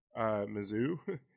Mizzou